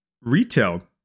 Retail